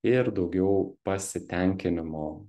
ir daugiau pasitenkinimo